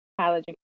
College